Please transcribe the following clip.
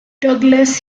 douglas